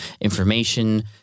information